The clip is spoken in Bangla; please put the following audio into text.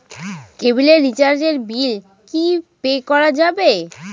কেবিলের রিচার্জের বিল কি পে করা যাবে?